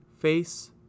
face